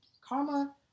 Karma